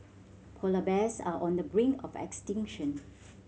polar bears are on the brink of extinction